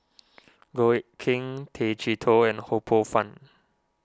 Goh Eck Kheng Tay Chee Toh and Ho Poh Fun